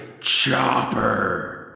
chopper